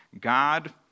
God